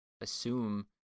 assume